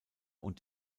und